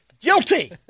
Guilty